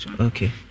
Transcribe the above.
Okay